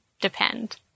depend